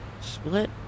split